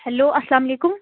hello اسلام علیکُم